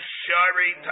shari